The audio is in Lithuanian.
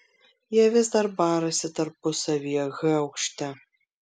jie vis dar barasi tarpusavyje h aukšte